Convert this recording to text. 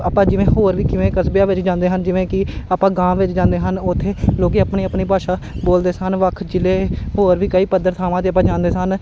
ਆਪਾਂ ਜਿਵੇਂ ਹੋਰ ਵੀ ਜਿਵੇਂ ਕਸਬਿਆਂ ਵਿੱਚ ਜਾਂਦੇ ਹਨ ਜਿਵੇਂ ਕਿ ਆਪਾਂ ਗਾਓਂ ਵਿੱਚ ਜਾਂਦੇ ਹਨ ਉੱਥੇ ਲੋਕ ਆਪਣੀ ਆਪਣੀ ਭਾਸ਼ਾ ਬੋਲਦੇ ਸਨ ਵੱਖ ਜ਼ਿਲ੍ਹੇ ਹੋਰ ਵੀ ਕਈ ਪੱਧਰ ਥਾਵਾਂ 'ਤੇ ਆਪਾਂ ਜਾਂਦੇ ਸਨ